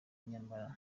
nyamara